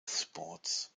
sports